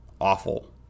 awful